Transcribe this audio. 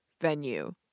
venue